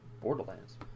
borderlands